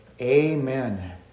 Amen